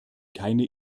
keine